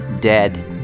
Dead